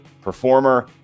performer